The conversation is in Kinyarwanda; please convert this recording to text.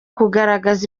kugaragaza